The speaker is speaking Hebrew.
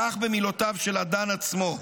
כך במילותיו של אדן עצמן.